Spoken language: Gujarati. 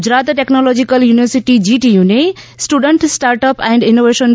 ગુજરાત ટેક્નોલોજીકલ યુનિવર્સીટી જીટીયુને સ્ટુડન્ટ સ્ટાર્ટઅપ એન્ડ ઇનોવેશન